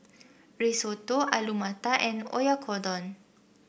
Risotto Alu Matar and Oyakodon